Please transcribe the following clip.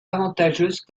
avantageuse